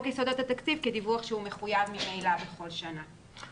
יסודות התקציב כדיווח שהוא מחויב ממילא בכל שנה.